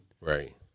Right